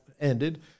ended